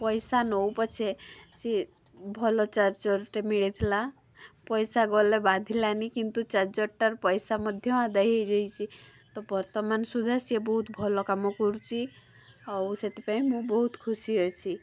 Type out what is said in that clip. ପଇସା ନେଉ ପଛେ ସିଏ ଭଲ ଚାର୍ଜର୍ଟେ ମିଳିଥିଲା ପଇସା ଗଲା ବାଧିଲାନି କିନ୍ତୁ ଚାର୍ଜର୍ଟାର ପଇସା ମଧ୍ୟ ଆଦାୟ ହେଇଯାଇଛି ତ ବର୍ତ୍ତମାନ୍ ସୁଧା ସିଏ ବହୁତ ଭଲ କାମ କରୁଛି ଆଉ ସେଥିପାଇଁ ମୁଁ ବହୁତ ଖୁସି ଅଛି